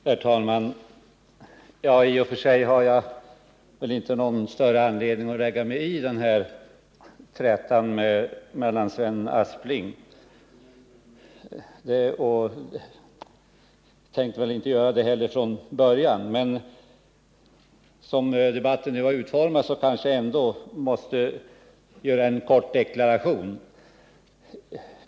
Herr talman! I och för sig har jag väl inte någon större anledning att lägga mig i den här trätan mellan Sven Aspling och Gösta Andersson. Från början tänkte jag inte heller göra det, men som debatten nu har utformats måste jag göra en kort deklaration.